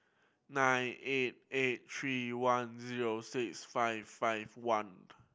nine eight eight three one zero six five five one